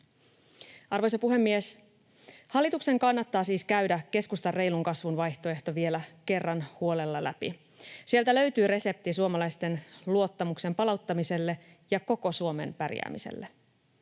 Arvoisa puhemies! Hallituksen kannattaa siis käydä keskustan reilun kasvun vaihtoehto vielä kerran huolella läpi. Sieltä löytyy resepti suomalaisten luottamuksen palauttamiselle ja koko Suomen pärjäämiselle.